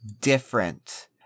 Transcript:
different